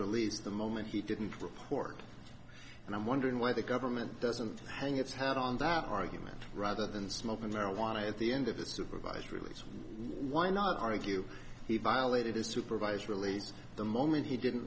release the moment he didn't report and i'm wondering why the government doesn't hang its hat on that argument rather than smoking marijuana at the end of a supervised release why not argue he violated his supervised release the moment he didn't